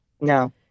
No